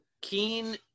Keen